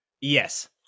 Yes